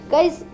Guys